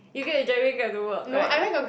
you Grab to driving Grab to work right